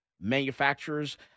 manufacturers